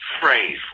phrase